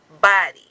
body